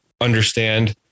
understand